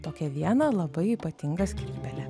tokią vieną labai ypatingą skrybėlę